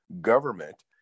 government